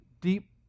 deep